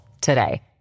today